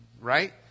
Right